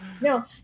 No